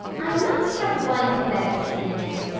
i must have one pathetic scene in it,